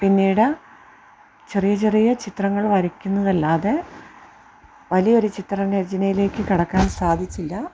പിന്നീട് ചെറിയ ചെറിയ ചിത്രങ്ങൾ വരയ്ക്കുന്നത് അല്ലാതെ വലിയ രു ചിത്രം രചനയിലേക്ക് കടക്കാൻ സാധിച്ചില്ല